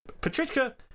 Patricia